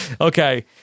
Okay